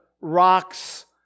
rocks